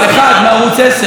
אחד מערוץ 10,